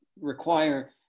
require